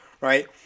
right